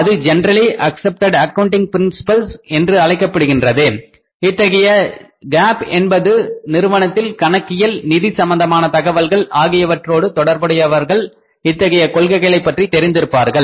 அது generally accepted accounting principles என்று அழைக்கப்படுகின்றது இத்தகைய GAAP என்பது நிறுவனத்தின் கணக்கியல் நிதி சம்பந்தமான தகவல்கள் ஆகியவற்றோடு தொடர்புடையவர்கள் இத்தகைய கொள்கைகளைப் பற்றி தெரிந்திருப்பார்கள்